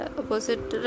opposite